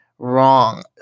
Wrong